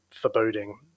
foreboding